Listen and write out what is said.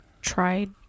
tried